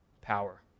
power